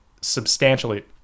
substantially